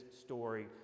story